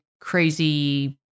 crazy